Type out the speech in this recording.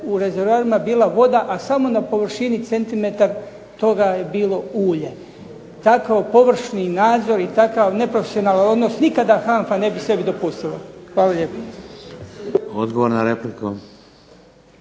u rezervoarima bila voda, a samo na površini centimetar toga je bilo ulje. Tako površni nadzor i takav neprofesionalan odnos nikada HANFA ne bi sebi dopustila. Hvala lijepo. **Šeks,